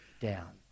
down